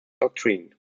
doctrine